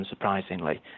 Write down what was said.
unsurprisingly